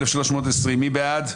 מי נגד?